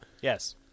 Yes